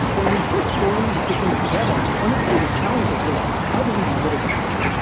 when we first slammed these two things together, one of the biggest challenges was how do we motivate this?